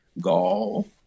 gall